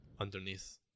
underneath